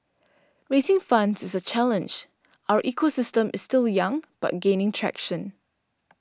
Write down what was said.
raising funds is a challenge our ecosystem is still young but gaining traction